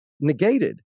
negated